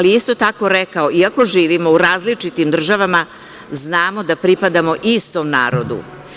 Isto tako je rekao – iako živimo u različitim državama, znamo da pripadamo istom narodu.